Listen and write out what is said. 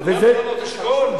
גם ברמות-אשכול?